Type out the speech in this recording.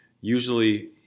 Usually